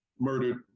murdered